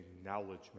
acknowledgement